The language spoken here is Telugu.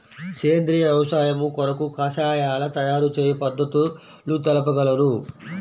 సేంద్రియ వ్యవసాయము కొరకు కషాయాల తయారు చేయు పద్ధతులు తెలుపగలరు?